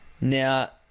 now